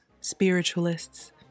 spiritualists